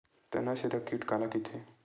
तनाछेदक कीट काला कइथे?